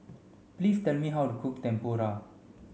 please tell me how to cook Tempura